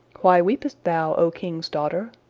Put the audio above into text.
why weepest thou, o king's daughter?